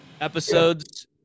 episodes